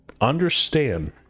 Understand